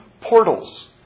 portals